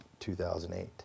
2008